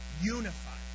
unified